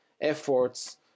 efforts